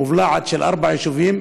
מובלעת של ארבעה יישובים,